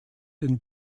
den